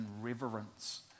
reverence